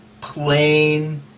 plain